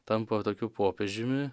tampu va tokiu popiežiumi